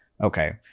okay